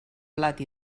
blat